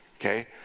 okay